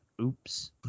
Oops